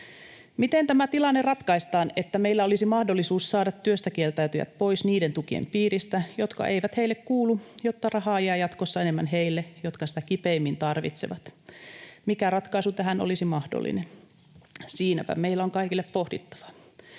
Miten tämä tilanne ratkaistaan, että meillä olisi mahdollisuus saada työstä kieltäytyjät pois niiden tukien piiristä, jotka eivät heille kuulu, jotta rahaa jää jatkossa enemmän heille, jotka sitä kipeimmin tarvitsevat? Mikä ratkaisu tähän olisi mahdollinen? Siinäpä meillä on kaikille pohdittavaa.